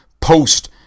post